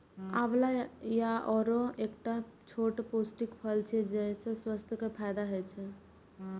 आंवला या औरा एकटा छोट पौष्टिक फल छियै, जइसे स्वास्थ्य के फायदा होइ छै